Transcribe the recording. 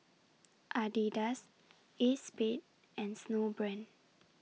Adidas ACEXSPADE and Snowbrand